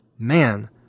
Man